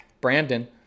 Brandon